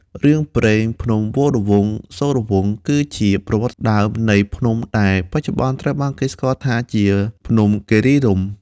រឿងព្រេង ភ្នំវរវង្សសូរវង្ស គឺជាប្រវត្តិដើមនៃភ្នំដែលបច្ចុប្បន្នត្រូវបានគេស្គាល់ថាជា ភ្នំគិរីរម្យ។